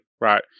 Right